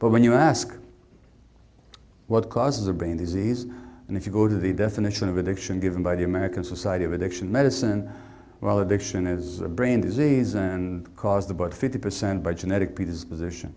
but when you ask what causes a brain disease and if you go to the definition of addiction given by the american society of addiction medicine well addiction is a brain disease and because the but fifty percent by genetic predisposition